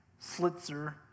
Slitzer